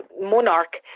monarch